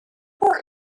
idea